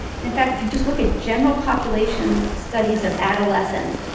and in fact if you just look at general population studies of adolescents,